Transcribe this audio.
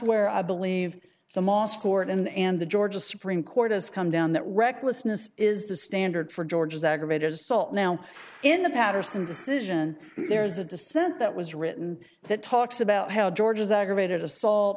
where i believe the moss court in and the georgia supreme court has come down that recklessness is the standard for georgia's aggravated assault now in the patterson decision there's a dissent that was written that talks about how georgia's aggravated assault